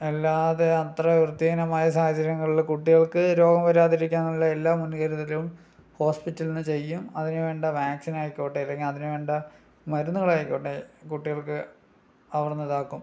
അല്ലാതെ അത്ര വൃത്തിഹീനമായ സാഹചര്യങ്ങളിൽ കുട്ടികൾക്ക് രോഗം വരാതിരിക്കാനുള്ള എല്ലാ മുൻകരുതലും ഹോസ്പിറ്റലിൽ നിന്നു ചെയ്യും അതിനു വേണ്ട വാക്സിനുകളായിക്കോട്ടെ അതിനു വേണ്ട മരുന്നുകളായിക്കോട്ടെ കുട്ടികൾക്ക് അവിടുന്ന് ഇതാക്കും